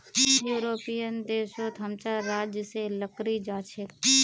European देश सोत हम चार राज्य से लकड़ी जा छे